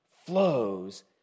flows